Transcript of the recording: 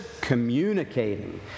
communicating